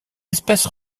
espèce